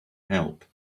help